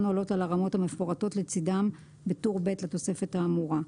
עולות על הרמות המפורטות לצדם בטור ב' לתוספת האמורה,